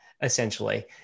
essentially